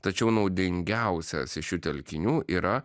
tačiau naudingiausias iš šių telkinių yra